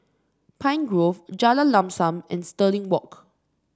Pine Grove Jalan Lam Sam and Stirling Walk